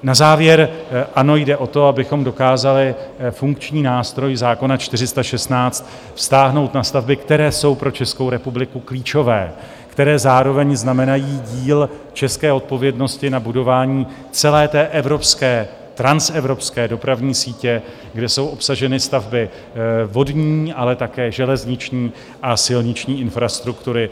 Na závěr ano, jde o to, abychom dokázali funkční nástroj zákona 416 vztáhnout na stavby, které jsou pro Českou republiku klíčové, které zároveň znamenají díl české odpovědnosti na budování celé evropské, transevropské dopravní sítě, kde jsou obsaženy stavby vodní, ale také železniční a silniční infrastruktury.